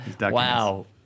Wow